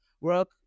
work